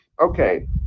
Okay